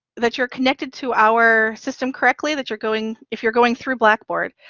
that you're connected to our system correctly, that you're going, if you're going through blackboard,